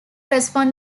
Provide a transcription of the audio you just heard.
respond